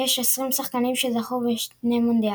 יש 20 שחקנים שזכו בשני מונדיאלים.